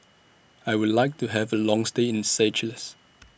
I Would like to Have A Long stay in Seychelles